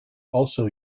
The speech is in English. also